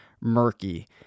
murky